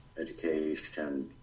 education